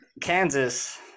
Kansas